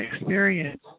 experience